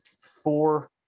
Four